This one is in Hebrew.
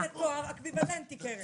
וזה תואר אקוויוולנטי קרן.